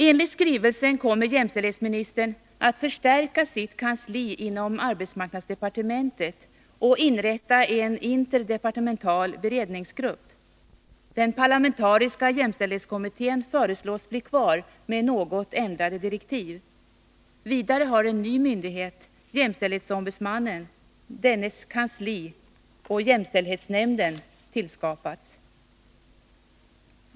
Enligt skrivelsen kommer jämställdhetsministern att förstärka sitt kansli inom :arbetsmarknadsdepartementet och inrätta en interdepartemental beredningsgrupp. Den parlamentariska jämställdhetskommittén förslås bli kvar med något ändrade direktiv. Vidare har en ny myndighet — jämställdhetsombudsmannen, dennes kansli och jämställdhetsnämnden — tillskapats.